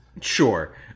Sure